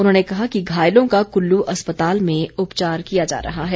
उन्होंने कहा कि घायलों का कुल्लू अस्पताल में उपचार किया जा रहा है